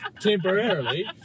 temporarily